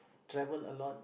travel a lot